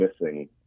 missing